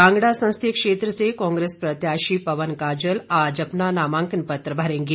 कांगड़ा संसदीय क्षेत्र से कांग्रेस प्रत्याशी पवन काजल आज अपना नामांकन पत्र भरेंगे